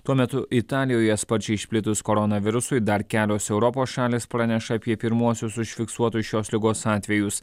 tuo metu italijoje sparčiai išplitus koronavirusui dar kelios europos šalys praneša apie pirmuosius užfiksuotus šios ligos atvejus